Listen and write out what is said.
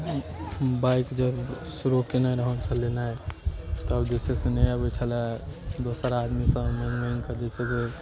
bike जे शुरू कएने रहौँ चलेनाइ तऽ विशेष तऽ नहि अबै छलै दोसर आदमीसँ माँगि माँगिकऽ जे छै से